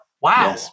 wow